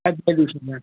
आदल्या दिवशी देणार